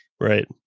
Right